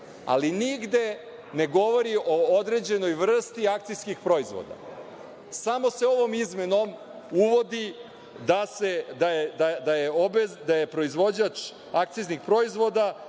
ali nigde ne govori o određenoj vrsti akcijskih proizvoda. Samo se ovom izmenom uvodi da je proizvođač akciznih proizvoda